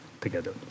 together